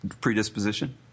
predisposition